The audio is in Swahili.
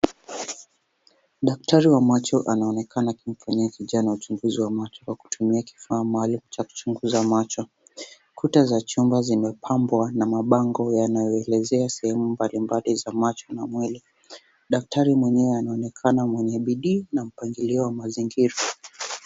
Daktari wa macho anaonekana kumfanyia kijana uchunguzi wa macho. Kwa kutumia kifaa maalum cha kuchunguza macho. Kuta za chumba zimepambwa na mabango yanayoelezea sehemu mbalimbali za macho na mwili. Daktari mwenyewe anaonekana mwenye bidii na mpangilio wa mazingira.